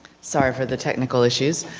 sorry for the technical issues.